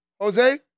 Jose